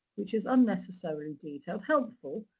which is unnecessarily detailed. helpful,